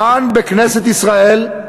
כאן בכנסת ישראל,